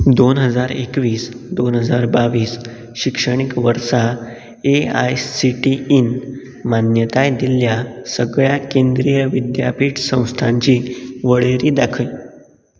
दोन हजार एकवीस दोन हजार बावीस शिक्षणीक वर्सा ए आय सी टी ईन मान्यताय दिल्ल्या सगळ्या केंद्रीय विद्यापीठ संस्थांची वळेरी दाखय